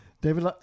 David